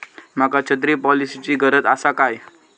माका छत्री पॉलिसिची गरज आसा काय?